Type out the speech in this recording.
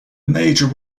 major